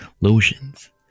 lotions